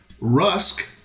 rusk